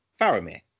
Faramir